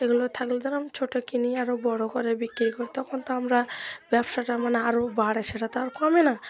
এগুলো থাকলে ছোটো কিনি আরও বড়ো করে বিক্রি করি তখন তো আমরা ব্যবসাটা মানে আরও বাড়ে সেটা তো আর কমে না